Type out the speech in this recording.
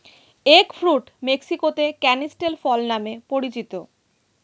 egg fruit মেক্সিকোতে canistel ফল নামে পরিচিত